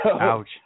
Ouch